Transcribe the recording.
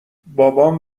بابام